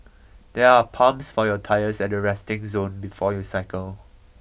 there are pumps for your tyre at the resting zone before you cycle